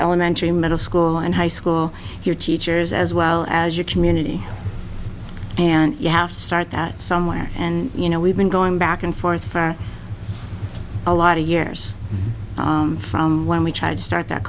elementary middle school and high school your teachers as well as your community and you have to start that somewhere and you know we've been going back and forth for a lot of years from when we tried to start that